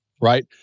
right